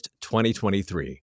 2023